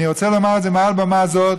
אני רוצה לומר את זה מעל במה זאת,